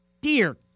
Dear